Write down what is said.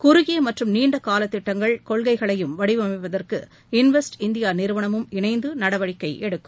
குறுகிய மற்றும் நீண்ட காலத்திட்டங்கள் கொள்கைகளையும் வடிவமைப்பதற்கு இன்வெஸ்ட் இந்தியா நிறுவனமும் இணைந்து நடவடிக்கை எடுக்கும்